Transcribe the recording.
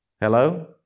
Hello